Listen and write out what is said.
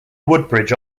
woodbridge